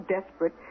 desperate